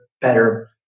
better